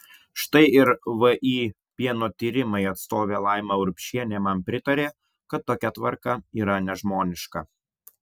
štai ir vį pieno tyrimai atstovė laima urbšienė man pritarė kad tokia tvarka yra nežmoniška